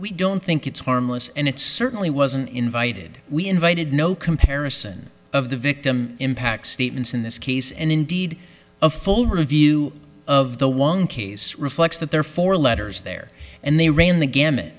we don't think it's harmless and it certainly wasn't invited we invited no comparison of the victim impact statements in this case and indeed a full review of the one case reflects that there are four letters there and they ran the gamut